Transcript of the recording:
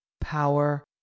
power